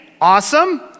awesome